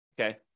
okay